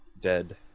dead